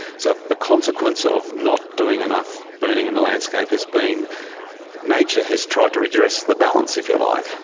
so the consequence of not doing enough burning in the landscape has been nature has tried to redress the balance, if you like,